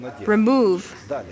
Remove